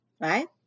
Right